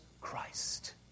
Christ